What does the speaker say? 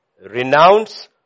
renounce